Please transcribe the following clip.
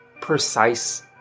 precise